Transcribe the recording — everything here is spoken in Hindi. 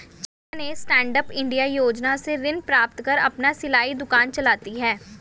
चंपा ने स्टैंडअप इंडिया योजना से ऋण प्राप्त कर अपना सिलाई दुकान चलाती है